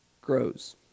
grows